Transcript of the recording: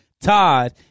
Todd